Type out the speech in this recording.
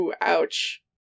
Ouch